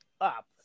up